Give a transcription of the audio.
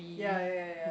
yea yea yea yea yea